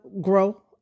grow